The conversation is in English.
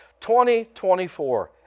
2024